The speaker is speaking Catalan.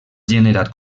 generat